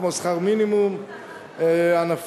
כמו שכר מינימום ענפי,